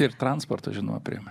ir transporto važiavimo priemone